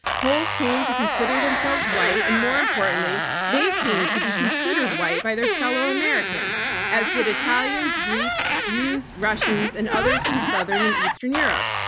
pols came to consider themselves white and more importantly, they came to be considered white by their fellow americans as did italians, greeks, jews, russians, and others from southern and eastern europe,